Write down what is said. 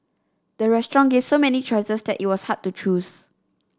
the restaurant gave so many choices that it was hard to choose